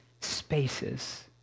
spaces